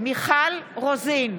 מיכל רוזין,